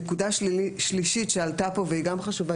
נקודה שלישית שעלתה פה והיא גם חשובה,